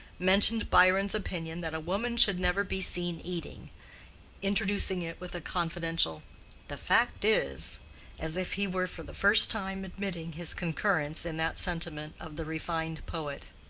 mentioned byron's opinion that a woman should never be seen eating introducing it with a confidential the fact is as if he were for the first time admitting his concurrence in that sentiment of the refined poet.